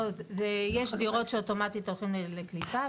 לא, יש דירות שאוטומטית הולכים לקליטה.